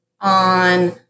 on